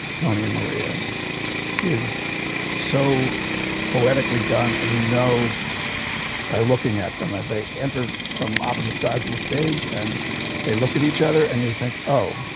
tony and maria is so poetically done and you know by looking at them as they enter from opposite sides of the stage and they look at each other and you think oh.